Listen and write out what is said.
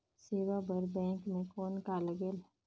सेवा बर बैंक मे कौन का लगेल?